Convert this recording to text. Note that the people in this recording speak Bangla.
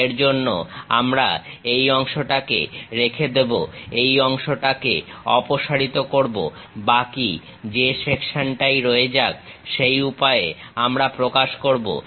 এর জন্য আমরা এই অংশটাকে রেখে দেবো এই অংশটাকে অপসারিত করবো বাকি যে সেকশনটাই রয়ে যাক সেই উপায়ে আমরা প্রকাশ করবো